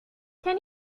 can